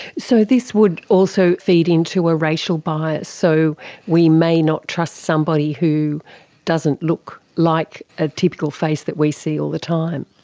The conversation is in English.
so this would also feed into a racial bias. so we may not trust somebody who doesn't look like a typical face that we see all the time.